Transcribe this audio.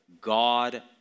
God